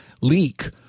leak